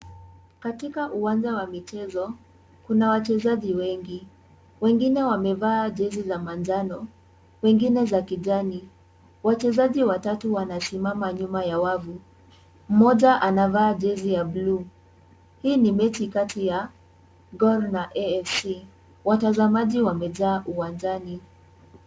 Katika uwanja wa michezo kuna wachezaji wengi. Wengine wamevaa jezi za manjano, mengine za kijani. Wachezaji watatu wanasimama nyuma ya wavu moja anavaa jezi ya blue . Hii ni mechi kati ya gor na afc. Watazamaji wamejaa uwanjani.